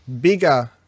Bigger